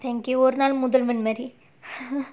thank you ஒரு நாள் முதல்வன் மாதிரி:oru naal mudhalvan maadhiri